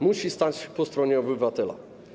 Musi stać po stronie obywatela.